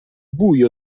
buio